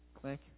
Click